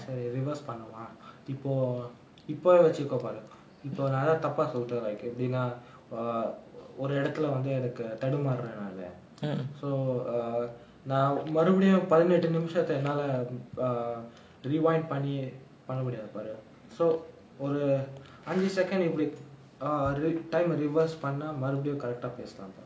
சரி:sari reverse பண்ணுமா இப்போ இப்போவே வெச்சுக்கோ பாரு இப்போ நா எதா தப்பா சொல்ட்ட:pannumaa ippo ippovae vechukko paaru ippo naa ethaa thappa solta like எப்டினா ஒரு எடத்துல வந்து எனக்கு தடுமாருறே நானு:epdinaa oru edathula vanthu enakku thadumaarurae naanu so uh நா மறுபடியும் பதினெட்டு நிமிசத்த என்னால:நா marupadiyum pathinettu nimisatha ennala err rewind பண்ணி பண்ண முடியாது பாரு:panni panna mudiyathu paaru so ஒரு அஞ்சு:oru anju second இப்டி:ipdi time uh reverse பண்ணா மறுபடியும்:pannaa marupadiyum correct ah பேசலாம் பாரு:pesalaam paaru